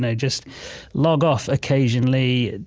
and just log off occasionally.